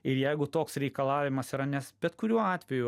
ir jeigu toks reikalavimas yra nes bet kuriuo atveju